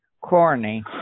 corny